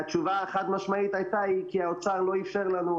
התשובה החד משמעית היתה כי האוצר לא אפשר לנו.